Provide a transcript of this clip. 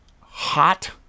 hot